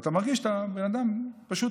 ואתה מרגיש שאתה פשוט בן אדם מת,